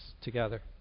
together